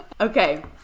Okay